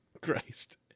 Christ